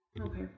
Okay